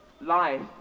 life